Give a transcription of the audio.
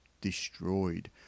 destroyed